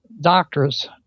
Doctors